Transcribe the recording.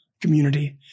community